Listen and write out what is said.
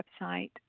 website